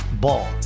Ball